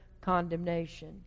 condemnation